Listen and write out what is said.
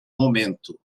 momento